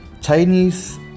Chinese